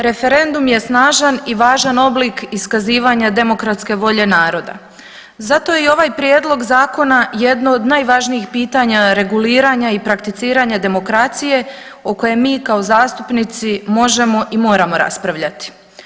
Referendum je snažan i važan oblik iskazivanja demokratske volje naroda, zato je i ovaj prijedlog zakona jedno od najvažnijih pitanja reguliranja i prakticiranja demokracije o kojem mi kao zastupnici možemo i moramo raspravljati.